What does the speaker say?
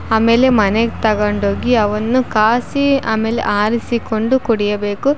ಆಮೇಲೆ ಮನೆಗೆ ತಗೊಂಡೋಗಿ ಅವನ್ನು ಕಾಸಿ ಆಮೇಲೆ ಆರಿಸಿಕೊಂಡು ಕುಡಿಯಬೇಕು